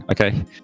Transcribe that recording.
okay